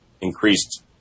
increased